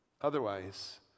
Otherwise